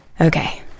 Okay